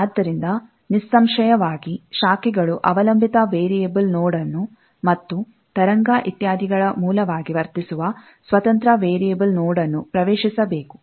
ಆದ್ದರಿಂದ ನಿಸ್ಸಂಶಯವಾಗಿ ಶಾಖೆಗಳು ಅವಲಂಬಿತ ವೇರಿಯೆಬಲ್ ನೋಡ್ ನ್ನು ಮತ್ತು ತರಂಗ ಇತ್ಯಾದಿಗಳ ಮೂಲವಾಗಿ ವರ್ತಿಸುವ ಸ್ವತಂತ್ರ ವೇರಿಯೆಬಲ್ ನೋಡ್ ನ್ನು ಪ್ರವೇಶಿಸಬೇಕು